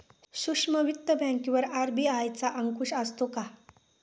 सूक्ष्म वित्त बँकेवर आर.बी.आय चा अंकुश असतो का?